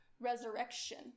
resurrection